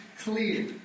clear